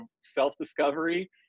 self-discovery